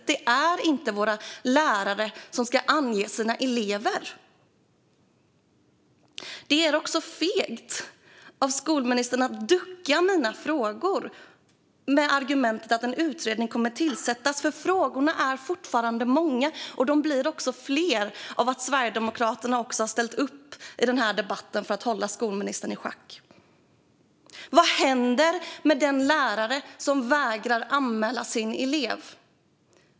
Våra lärare ska inte behöva ange sina elever. Det är fegt av skolministern att ducka för mina frågor med argumentet att en utredning kommer att tillsättas. Frågorna är fortfarande många, och de blir fler av att också Sverigedemokraterna deltar i debatten för att hålla skolministern i schack. Vad händer med den lärare som vägrar anmäla sin elev?